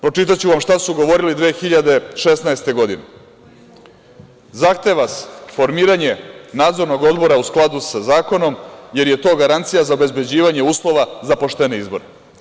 Pročitaću vam šta su govorili 2016. godine: „Zahteva se formiranje Nadzornog odbora, u skladu sa zakonom, jer je to garancija za obezbeđivanje uslova za poštene izbore“